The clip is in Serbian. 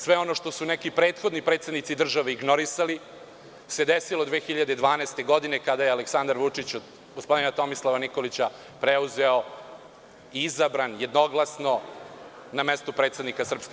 Sve ono što su neki prethodni predsednici države ignorisali se desilo 2012. godine, kada je Aleksandar Vučić od gospodina Tomislava Nikolića preuzeo i izabran je jednoglasno na mestu SNS.